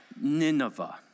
Nineveh